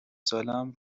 سالهام